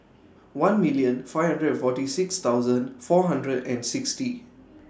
one million five hundred and forty six thousand four hundred and sixty